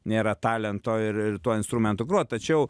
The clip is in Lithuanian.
nėra talento ir ir tuo instrumentu grot tačiau